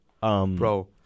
Bro